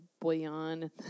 bouillon